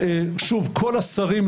כל השרים,